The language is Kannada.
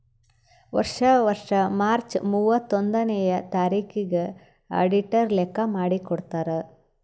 ವರ್ಷಾ ವರ್ಷಾ ಮಾರ್ಚ್ ಮೂವತ್ತೊಂದನೆಯ ತಾರಿಕಿಗ್ ಅಡಿಟರ್ ಲೆಕ್ಕಾ ಮಾಡಿ ಕೊಡ್ತಾರ್